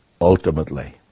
ultimately